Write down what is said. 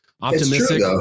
optimistic